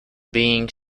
being